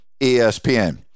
ESPN